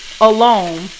alone